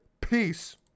Peace